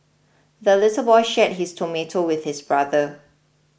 the little boy shared his tomato with his brother